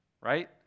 right